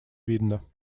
видно